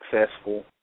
successful